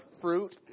fruit